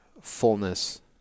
fullness